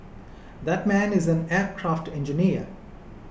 that man is an aircraft engineer